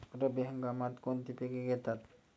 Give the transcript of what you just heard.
रब्बी हंगामात कोणती पिके घेतात?